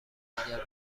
اگر